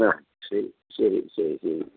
ആ ശരി ശരി ശരി ശരി